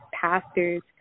pastors